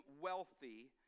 wealthy